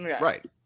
Right